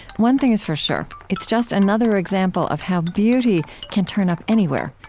one thing is for sure, it's just another example of how beauty can turn up anywhere,